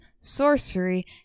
sorcery